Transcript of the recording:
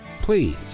Please